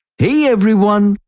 hey everyone!